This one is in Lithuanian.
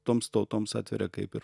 toms tautoms atveria kaip ir